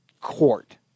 court